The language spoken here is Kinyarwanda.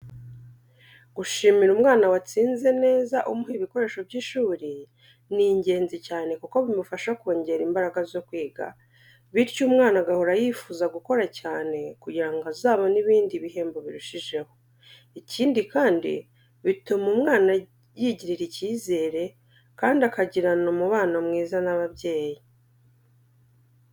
Gushimira umwana watsinze neza umuha ibikoresho by’ishuri , ni ingenzi cyane kuko bimufasha kongera imbaraga zo kwiga, bityo umwana agahora yifuza gukora cyane kugira ngo azabone ibindi bihembo birushijeho. Ikindi kandi bituma umwana yigirira icyizere kandi akagirana umubano mwiza n’ababyeyi.